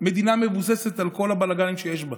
מדינה מבוססת, על כל הבלגנים שיש בה,